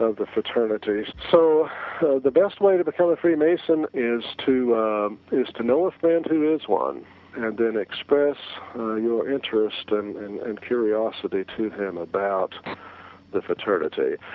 ah the fraternity, so the best way to become a free mason is to is to know a friend who is one and then express your interest and and and curiosity to him about the fraternity.